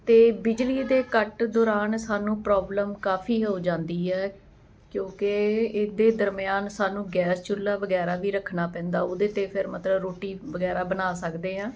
ਅਤੇ ਬਿਜਲੀ ਦੇ ਕੱਟ ਦੌਰਾਨ ਸਾਨੂੰ ਪ੍ਰੋਬਲਮ ਕਾਫ਼ੀ ਹੋ ਜਾਂਦੀ ਹੈ ਕਿਉਂਕਿ ਇਹਦੇ ਦਰਮਿਆਨ ਸਾਨੂੰ ਗੈਸ ਚੁੱਲ੍ਹਾ ਵਗੈਰਾ ਵੀ ਰੱਖਣਾ ਪੈਂਦਾ ਉਹਦੇ 'ਤੇ ਫਿਰ ਮਤਲਬ ਰੋਟੀ ਵਗੈਰਾ ਬਣਾ ਸਕਦੇ ਹਾਂ